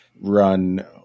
run